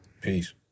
peace